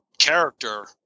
character